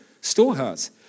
storehouse